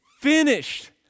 finished